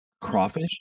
crawfish